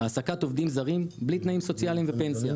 העסקת עובדים זרים בלי תנאים סוציאליים ופנסיה,